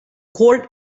chord